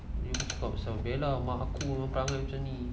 bukan pasal bella mak aku perangai macam ni